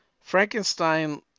Frankenstein